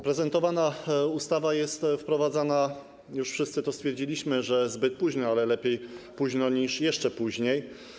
Prezentowana ustawa jest wprowadzana - już wszyscy to stwierdziliśmy - zbyt późno, ale lepiej późno niż jeszcze później.